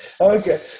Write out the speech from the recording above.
okay